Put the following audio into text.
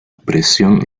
presión